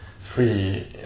free